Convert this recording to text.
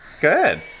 Good